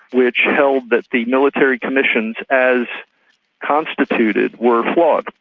which held that the military commissions, as constituted, were flawed,